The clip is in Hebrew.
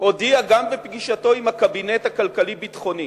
הודיע גם בפגישתו עם הקבינט הכלכלי-ביטחוני,